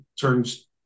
turns